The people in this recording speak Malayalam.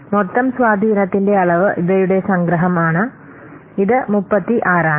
മൊത്തം സ്വാധീനത്തിന്റെ അളവ് ഇവയുടെ സംഗ്രഹമാണ് ഇത് 36 ആണ്